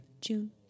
june